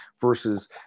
versus